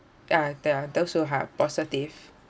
uh there're those who have positive